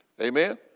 Amen